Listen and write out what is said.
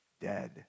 dead